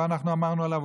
לא אנחנו אמרנו עליו,